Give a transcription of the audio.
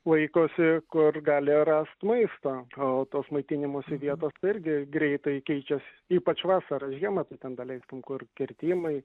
laikosi kur gali rast maisto o tos maitinimosi vietos tai irgi greitai keičias ypač vasarą žiemą tai ten daleiskim kur kirtimai